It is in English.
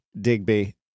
Digby